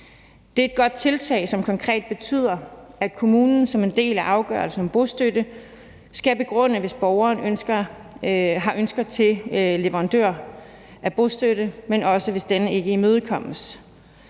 Det er et godt tiltag, som konkret betyder, at kommunen som en del af afgørelsen om bostøtte skal begrunde, hvis borgerens ønsker til leverandør af bostøtte ikke kan imødekommes.